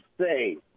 say